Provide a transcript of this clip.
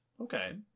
Okay